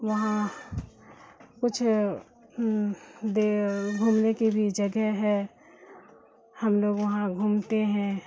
یہاں کچھ دیر گھومنے کی بھی جگہ ہے ہم لوگ وہاں گھومتے ہیں